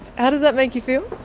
how does that make you feel?